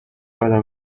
ادم